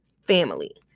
family